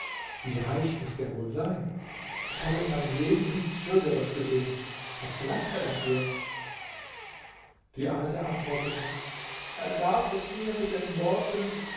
wie reich muß der wohl sein ich habe in meinem leben nichts schöneres gesehen was verlangt er dafür die alte antwortete er gab es mir mit den worten